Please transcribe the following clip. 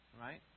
right